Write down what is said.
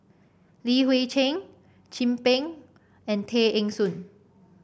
Li Hui Cheng Chin Peng and Tay Eng Soon